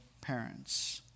parents